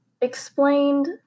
explained